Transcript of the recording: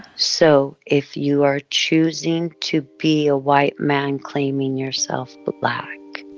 so if you are choosing to be a white man claiming yourself but black,